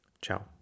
Ciao